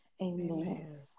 Amen